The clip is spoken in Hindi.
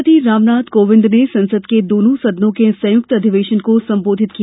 राष्ट्रपति रामनाथ कोविंद ने संसद के दोनों सदनों के संयुक्त अधिवेशन को संबोधित किया